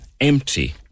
empty